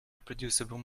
reproducible